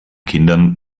kindern